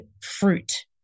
fruit